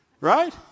Right